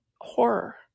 horror